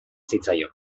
zitzaion